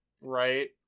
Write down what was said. right